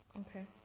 okay